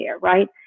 Right